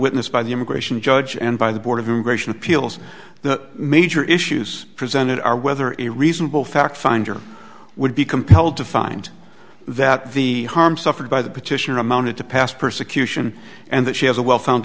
witness by the immigration judge and by the board of immigration appeals the major issues presented are whether it reasonable fact finder would be compelled to find that the harm suffered by the petitioner amounted to past persecution and that she has a well found